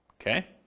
Okay